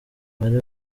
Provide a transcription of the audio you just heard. bari